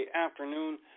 afternoon